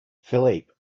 philippe